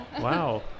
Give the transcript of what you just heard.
Wow